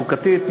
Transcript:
החוקתית,